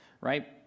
right